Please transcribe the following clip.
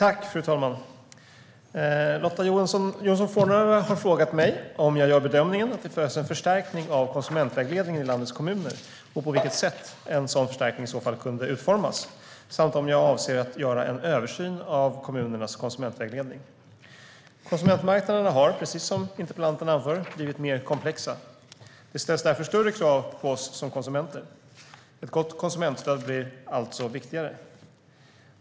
Fru talman! Lotta Johnsson Fornarve har frågat mig om jag gör bedömningen att det behövs en förstärkning av konsumentvägledningen i landets kommuner och på vilket sätt en sådan förstärkning i så fall skulle kunna utformas samt om jag avser att göra en översyn av kommunernas konsumentvägledning. Konsumentmarknaderna har, precis som interpellanten anför, blivit mer komplexa. Det ställs därför större krav på oss som konsumenter. Ett gott konsumentstöd blir alltså viktigare.